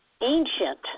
ancient